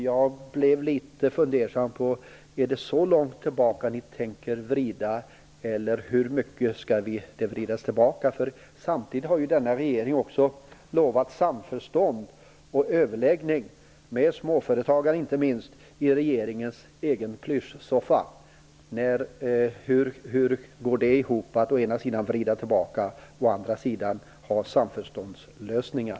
Jag blev litet fundersam: Är det så långt tillbaka ni tänker vrida utvecklingen, eller hur mycket skall den vridas tillbaka? Samtidigt har den här regeringen lovat samförstånd och överläggning inte minst med småföretagare i regeringens egen plyschsoffa. Hur går det ihop att å ena sidan vrida tillbaka och å andra sidan ha samförståndslösningar?